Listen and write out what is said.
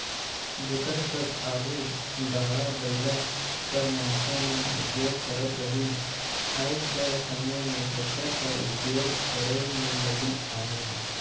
जेकर कस आघु गाड़ा बइला कर मइनसे मन उपियोग करत रहिन आएज कर समे में टेक्टर कर उपियोग करे में लगिन अहें